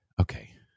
Okay